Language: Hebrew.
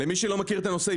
למי שלא מכיר את הנושא,